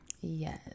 Yes